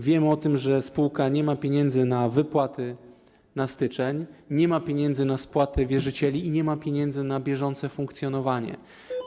Wiem o tym, że spółka nie ma pieniędzy na wypłaty na styczeń, nie ma pieniędzy na spłaty wierzycieli i nie ma pieniędzy na bieżące funkcjonowanie